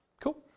Cool